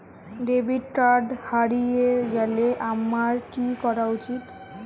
Debit card হারিয়ে গেলে আমার কি করা উচিৎ?